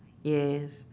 yes